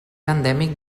endèmic